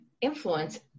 influence